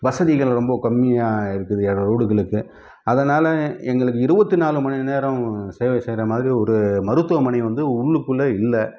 வசதிகள் ரொம்ப கம்மியாக இருக்குது ரோடுகளுக்கு அதனால் எங்களுக்கு இருபத்தி நாலு மணி நேரம் சேவை செய்கிற மாதிரி ஒரு மருத்துவமனை வந்து உள்ளுக்குள்ளே இல்லை